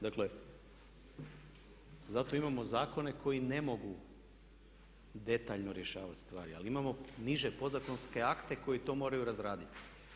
Dakle zato imamo zakone koji ne mogu detaljno rješavati stvari ali imamo niže podzakonske akte koji to moraju razraditi.